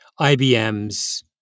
IBM's